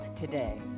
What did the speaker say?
today